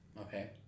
Okay